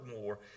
more